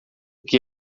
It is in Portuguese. que